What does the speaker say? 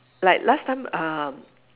like last time um